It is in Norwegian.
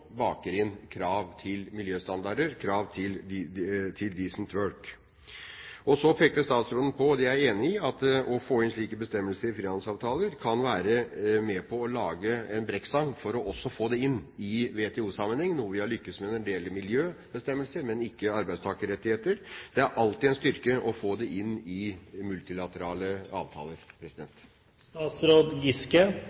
baker inn krav til miljøstandarder, krav til «decent work». Så pekte statsråden på – og det er jeg enig i – at å få inn slike bestemmelser i frihandelsavtaler kan være med på å lage en brekkstang for også å få det inn i WTO-sammenheng, noe vi har lyktes med når det gjelder miljøbestemmelser, men ikke arbeidstakerrettigheter. Det er alltid en styrke å få det inn i multilaterale avtaler.